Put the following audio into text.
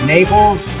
Naples